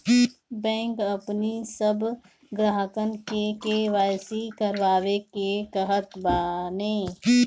bank अपनी सब ग्राहकन के के.वाई.सी करवावे के कहत बाने